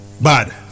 Bad